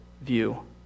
view